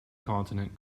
continent